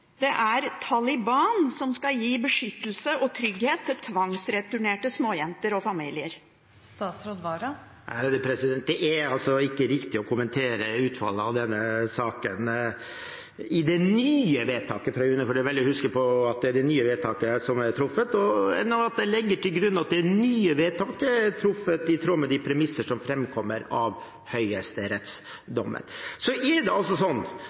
det er Taliban som skal gi beskyttelse og trygghet til tvangsreturnerte småjenter og familier? Det er ikke riktig av meg å kommentere utfallet av denne saken. Jeg legger til grunn at det nye vedtaket fra UNE – det er veldig viktig å huske på at det er det nye vedtaket – er truffet i tråd med de premissene som framkommer av høyesterettsdommen. Det er altså slik at det er